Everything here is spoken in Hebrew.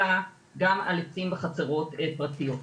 אלא גם על עצים בחצרות פרטיות.